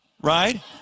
right